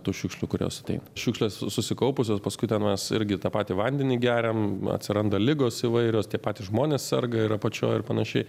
tų šiukšlių kurios ateina šiukšlės susikaupusios paskui ten mes irgi tą patį vandenį geriam atsiranda ligos įvairios tie patys žmonės serga ir apačioj ir panašiai